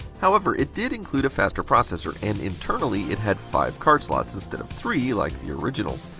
however, it did include a faster processor and internally it had five card slots instead of three like the original.